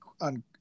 on